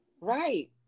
Right